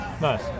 Nice